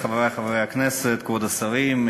חברי חברי הכנסת, כבוד השרים,